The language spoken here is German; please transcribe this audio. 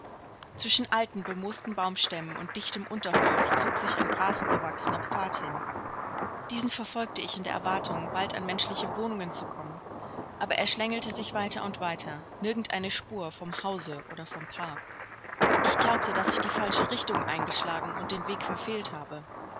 zwischen alten bemoosten baumstämmen und dichtem unterholz zog sich ein grasbewachsener pfad hin diesen verfolgte ich in der erwartung bald an menschliche wohnungen zu kommen aber er schlängelte sich weiter und weiter nirgend eine spur vom hause oder vom park ich glaubte daß ich die falsche richtung eingeschlagen und den weg verfehlt habe